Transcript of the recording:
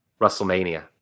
WrestleMania